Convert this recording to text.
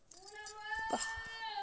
Credit అంటే ఏమిటి?